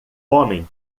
homem